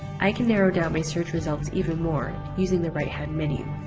i can narrow down my search results even more using the right-hand menu.